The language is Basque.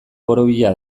borobila